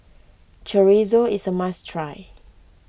Chorizo is a must try